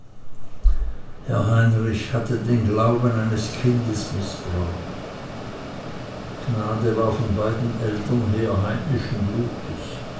herr heinrich hatte den glauben eines kindes mißbraucht gnade war von beiden eltern her heidnischen blutes